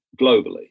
globally